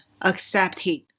accepted